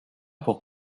pour